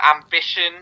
ambition